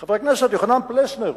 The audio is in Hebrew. חבר הכנסת יוחנן פלסנר,